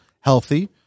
healthy